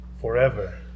forever